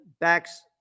backs